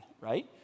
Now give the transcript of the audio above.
Right